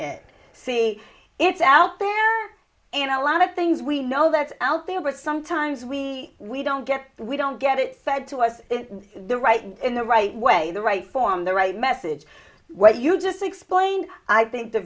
it see it's out there and a lot of things we know that's out there but sometimes we we don't get it we don't get it fed to us in the right in the right way the right form the right message what you just explained i think the